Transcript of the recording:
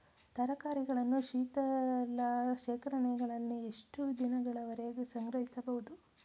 ತರಕಾರಿಗಳನ್ನು ಶೀತಲ ಶೇಖರಣೆಗಳಲ್ಲಿ ಎಷ್ಟು ದಿನಗಳವರೆಗೆ ಸಂಗ್ರಹಿಸಬಹುದು?